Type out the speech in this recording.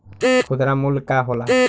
खुदरा मूल्य का होला?